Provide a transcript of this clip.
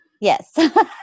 yes